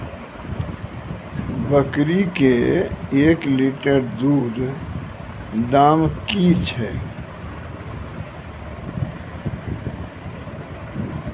बकरी के एक लिटर दूध दाम कि छ?